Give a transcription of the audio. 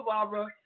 Barbara